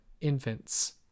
infants